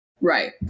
Right